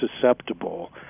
susceptible